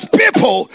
people